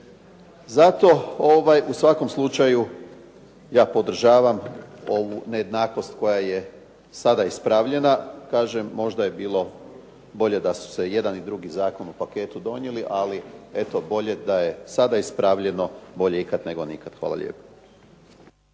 Zato u svakom slučaju ja podržavam ovu nejednakost koja je sada ispravljena. Kažem, možda je bilo bolje da su se jedan i drugi zakon u paketu donijeli, ali eto bolje da je sada ispravljeno. Bolje ikad nego nikad. Hvala lijepo.